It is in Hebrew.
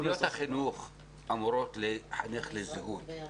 מערכת החינוך אמורה לחנך לזהות.